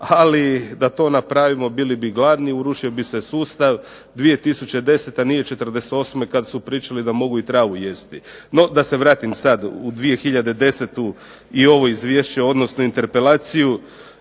Ali da to napravimo bili bi gladni, urušio bi se sustav. 2010. nije '48. kada su pričali da mogu i travu jesti. No, da se vratim sad u 2010. i ovo izvješće odnosno interpelaciju.